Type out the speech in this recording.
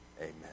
Amen